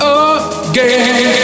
again